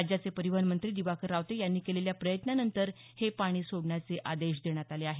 राज्याचे परिवहन मंत्री दिवाकर रावते यांनी केलेल्या प्रयत्नांनंतर हे पाणी सोडण्याचे आदेश देण्यात आले आहेत